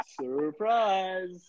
Surprise